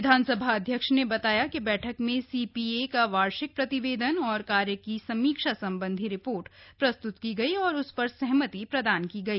विधानसभा अध्यक्ष ने बताया कि बैठक में सीपीए का वार्षिक प्रतिवेदन और कार्य की समीक्षा संबंधी रिपोर्ट प्रस्त्त की गई और उस पर सहमति प्रदान की गई